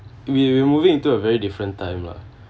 we we moving into a very different time lah